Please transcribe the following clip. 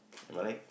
am I right